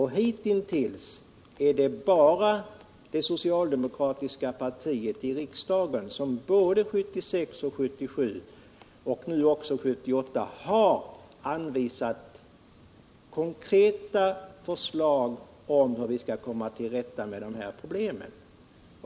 Hitintills är det bara det socialdemokratiska partiet i riksdagen som både 1976 och 1977 och nu också 1978 lämnat konkreta förslag på hur vi skall komma till rätta med problemen.